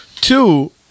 two